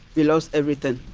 we lost everything.